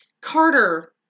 Carter